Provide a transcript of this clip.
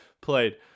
played